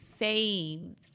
faves